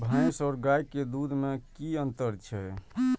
भैस और गाय के दूध में कि अंतर छै?